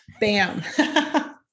Bam